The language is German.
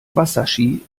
wasserski